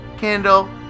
Kendall